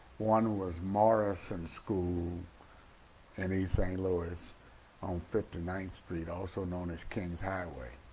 one was morrison school in east st. louis on fifty ninth street also known as kingshighway.